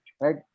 right